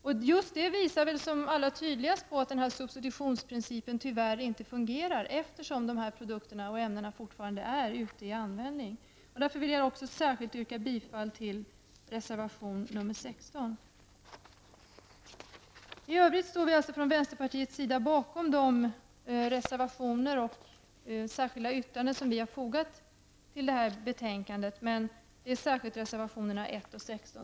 Det förhållandet att dessa ämnen fortfarande är ute i användning visar allra tydligast att substitutionsprincipen tyvärr inte fungerar. Jag yrkar därför bifall till reservation nr 16. I övrigt står vi från vänsterpartiets sida bakom de reservationer och särskilda yttranden som vi har fogat vid betänkandet. Jag yrkar än en gång särskilt bifall till reservationerna 1 och 16.